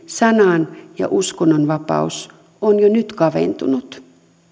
sanan ja uskonnonvapaus on jo nyt kaventunut